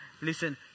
listen